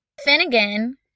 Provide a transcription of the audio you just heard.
finnegan